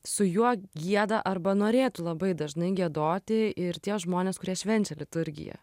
su juo gieda arba norėtų labai dažnai giedoti ir tie žmonės kurie švenčia liturgiją